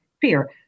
fear